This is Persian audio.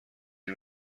این